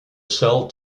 cell